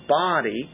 body